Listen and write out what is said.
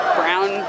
brown